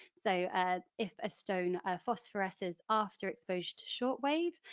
so ah if a stone phosphoruses after exposure to shortwave.